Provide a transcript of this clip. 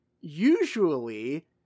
usually